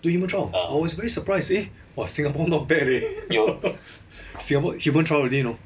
doing human trial I was very surprised eh !wah! singapore not bad leh singap~ human trial already know